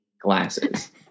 glasses